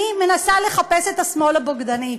אני מנסה לחפש את השמאל הבוגדני.